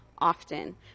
often